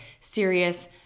serious